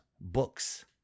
books